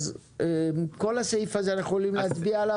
על הסעיף הזה אנחנו יכולים להצביע?